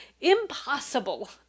impossible